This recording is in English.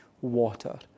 water